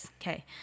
Okay